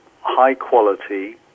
high-quality